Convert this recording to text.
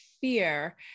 fear